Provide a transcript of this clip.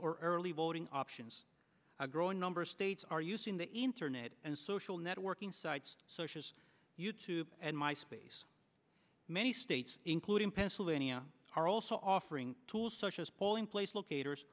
or early voting options a growing number of states are using the internet and social networking sites such as you tube and my space many states including pennsylvania are also offering tools such as polling place locators